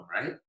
right